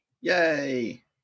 Yay